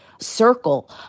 circle